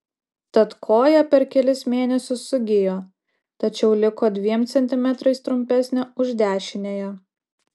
tad koja per kelis mėnesius sugijo tačiau liko dviem centimetrais trumpesnė už dešiniąją